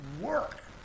work